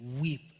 weep